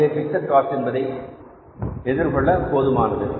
அதுவே fixed cost என்பதை எதிர்கொள்ள போதுமானது